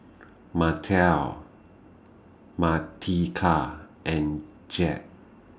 Martell Martika and Jett